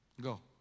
Go